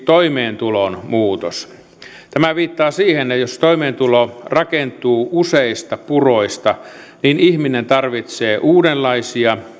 toimeentulon muutos tämä viittaa siihen että jos toimeentulo rakentuu useista puroista niin ihminen tarvitsee uudenlaisia